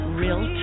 real